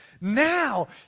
now